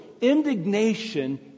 indignation